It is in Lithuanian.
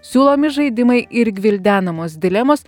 siūlomi žaidimai ir gvildenamos dilemos